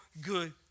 good